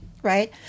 Right